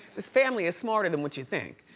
this family is smarter than what you think.